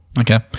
Okay